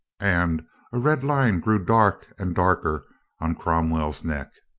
and a red line grew dark and darker on cromwell's neck.